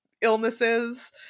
illnesses